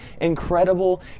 incredible